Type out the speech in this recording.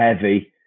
heavy